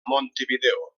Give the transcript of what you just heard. montevideo